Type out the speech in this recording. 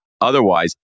Otherwise